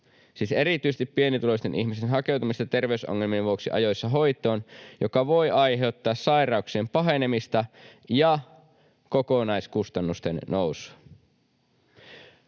erityisesti pienituloisten ihmisten hakeutumista terveysongelmien vuoksi ajoissa hoitoon — mikä voi aiheuttaa sairauksien pahenemista ja kokonaiskustannusten nousua.